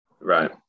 Right